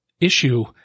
issue